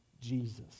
Jesus